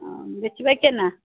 ह्म्म बेचबै केना